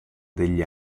degli